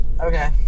Okay